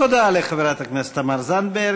תודה לחברת הכנסת תמר זנדברג.